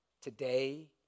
today